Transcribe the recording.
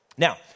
Now